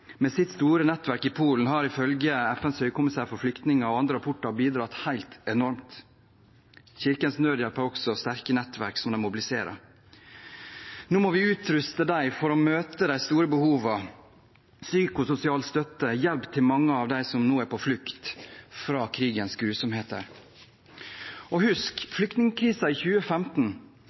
Polen, har ifølge FNs høykommissær for flyktninger og andre rapporter bidratt helt enormt. Kirkens Nødhjelp har også sterke nettverk, som de mobiliserer. Nå må vi utruste dem for å møte de store behovene for psykososial støtte og hjelp til mange av dem som nå er på flukt fra krigens grusomheter. Og husk flyktningkrisen i 2015